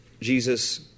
Jesus